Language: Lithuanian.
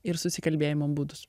ir susikalbėjimo būdus